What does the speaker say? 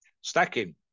Stacking